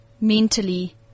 mentally